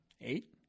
eight